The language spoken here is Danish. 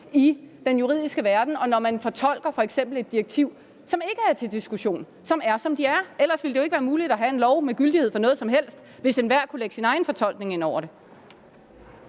i den juridiske verden, også når man fortolker f.eks. et direktiv, som ikke er til diskussion, men som er, som det er. Ellers ville det jo ikke være muligt at have en lov med gyldighed for noget som helst, altså hvis enhver kunne lægge sin egen fortolkning ind over det.